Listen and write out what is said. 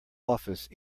office